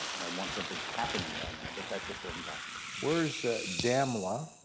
want something happening by now, but that just wasn't possible. where's damla?